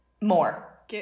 More